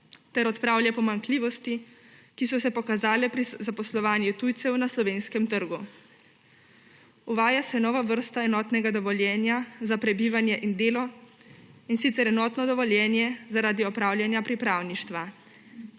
ter odpravlja pomanjkljivosti, ki so se pokazale pri zaposlovanju tujcev na slovenskem trgu. Uvaja se nova vrsta enotnega dovoljenja za prebivanje in delo, in sicer enotno dovoljenje zaradi opravljanja pripravništva.